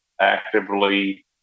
actively